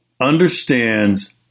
understands